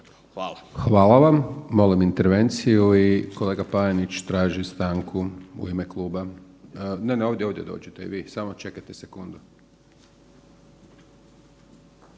Hvala vam. Molim intervenciju i kolega Panenić traži stanku u ime kluba. Ne, ne, ovdje, ovdje dođite i vi, samo čekajte sekundu.